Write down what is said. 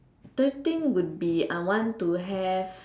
third thing would be I want to have